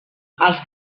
els